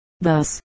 Thus